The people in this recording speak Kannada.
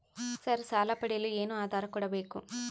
ಸರ್ ಸಾಲ ಪಡೆಯಲು ಏನು ಆಧಾರ ಕೋಡಬೇಕು?